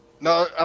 no